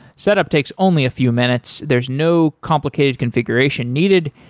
setup takes only a few minutes. there's no complicated configuration needed.